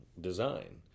design